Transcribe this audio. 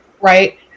right